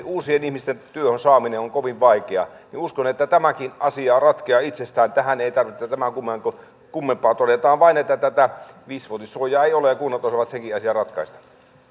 uusien ihmisten esimerkiksi terveydenhuoltopuolella työhön saaminen on kovin vaikeaa uskon että tämäkin asia ratkeaa itsestään tähän ei tarvitse tämän kummempaa kuin että todetaan vain että tätä viisivuotissuojaa ei ole ja kunnat osaavat senkin asian ratkaista